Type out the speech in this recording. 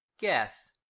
Guess